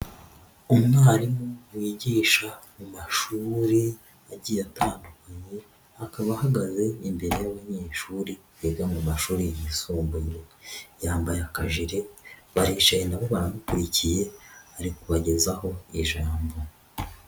Umwarimu wigisha mu mashuri agiye atandukanye akaba ahagaze imbere y'abanyeshuri biga mu mashuri yisumbuye, yambaye akajire baricaye na bo baramukurikiye ari kubagezaho ijambo.